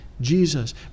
Jesus